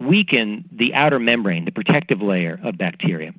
weaken the outer membrane, the protective layer of bacteria,